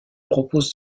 propose